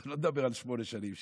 אני לא מדבר על שמונה שנים,